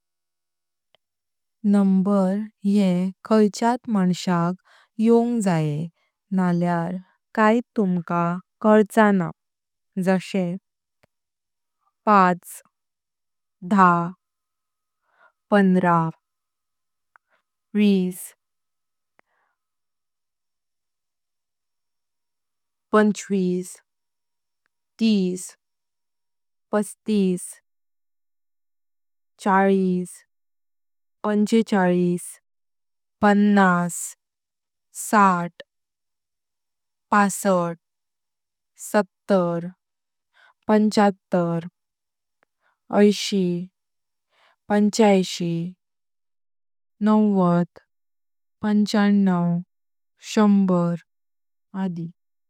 नंबर ये खायच्यात मान्श्यांग योंग जायें नल्यार कायत तुमका कळचा ण्हा। जशे पाच, दहा, पंधरा, विस, पंचवीस, तीस, पस्तीस, चाळीस, पंचेचाळीस, पन्नास, साठ, पासष्ठ, सत्तर, पंचत्तर, ऐंशी, पाण्इंशी, नव्वद, पंच्याणव, शंभर।